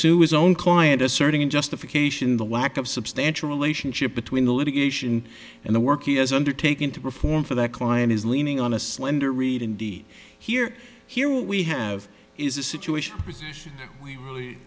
sue his own client asserting in justification the lack of substantial relationship between the litigation and the work he has undertaken to perform for that client is leaning on a slender reed indeed here here we have is a situation we really